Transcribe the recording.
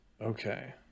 Okay